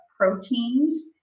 proteins